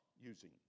using